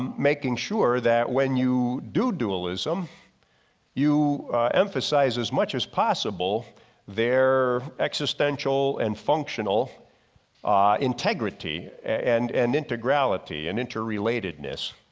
making sure that when you do dualism you emphasize as much as possible their existential and functional integrity and an integrality and interrelatedness.